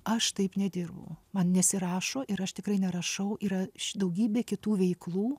aš taip nedirbu man nesirašo ir aš tikrai nerašau yra daugybė kitų veiklų